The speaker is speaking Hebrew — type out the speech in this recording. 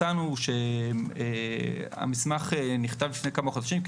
מצאנו שהמסמך נכתב לפני כמה חודשים,